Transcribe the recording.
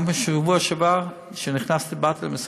גם בשבוע שעבר, כשנכנסת, באת למשרד,